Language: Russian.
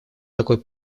такой